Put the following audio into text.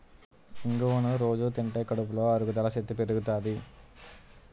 ఇంగువను రొజూ తింటే కడుపులో అరుగుదల శక్తి పెరుగుతాది